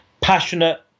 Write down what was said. passionate